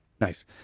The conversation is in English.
Nice